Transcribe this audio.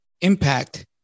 impact